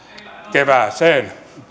kevääseen